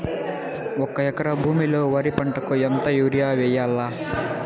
ఒక ఎకరా భూమిలో వరి పంటకు ఎంత యూరియ వేయల్లా?